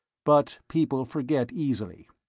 but people forget easily.